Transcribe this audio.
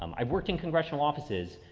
um i've worked in congressional offices.